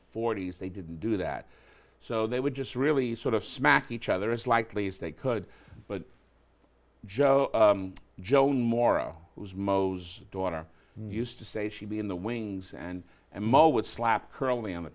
forty's they didn't do that so they would just really sort of smack each other as likely as they could but judge joan morrow was mo's daughter used to say she'd be in the wings and and moe would slap curly on the